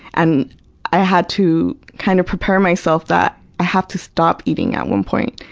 and i had to kind of prepare myself that i have to stop eating at one point.